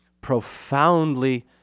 profoundly